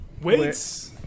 Wait